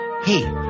Hey